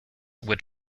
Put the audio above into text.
would